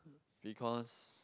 because